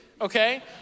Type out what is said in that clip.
okay